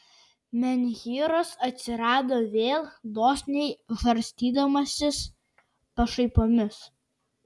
menhyras atsirado vėl dosniai žarstydamasis pašaipomis